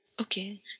okay